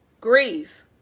Grieve